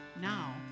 now